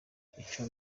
ico